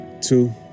two